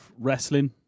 Wrestling